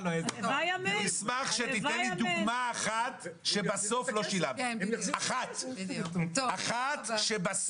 אשמח שתיתן לי דוגמה אחת למקרה שלא שילמתם בסוף.